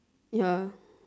ya